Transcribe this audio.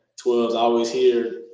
twelve is always here.